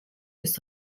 ist